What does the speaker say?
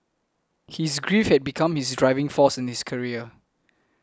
his grief had become his driving force in his career